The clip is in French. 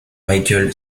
michael